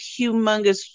humongous